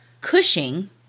Cushing